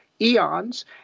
eons